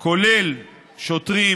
כי אז,